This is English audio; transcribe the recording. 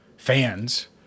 Fans